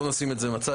בואו נשים את זה בצד,